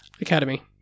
Academy